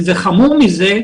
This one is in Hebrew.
חמור מזה,